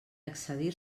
excedir